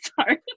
Sorry